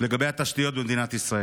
לגבי התשתיות במדינת ישראל.